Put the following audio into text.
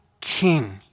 king